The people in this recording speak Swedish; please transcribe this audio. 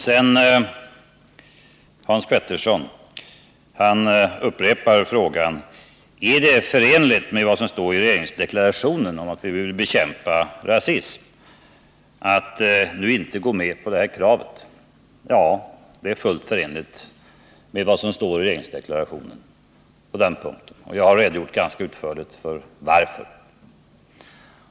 Sedan till Hans Petersson, som upprepar frågan: Är det förenligt med vad som står i regeringsdeklarationen om att vi vill bekämpa rasism att nu inte gå med på det här kravet? Ja, det är fullt förenligt med vad som står i regeringsdeklarationen på den punkten, och jag har redogjort ganska utförligt för varför.